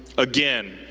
again,